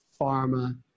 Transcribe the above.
pharma